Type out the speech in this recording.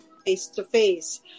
face-to-face